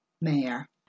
Mayor